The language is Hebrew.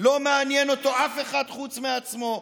לא מעניין אותו אף אחד חוץ מעצמו.